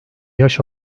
yaş